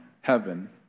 heaven